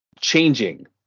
changing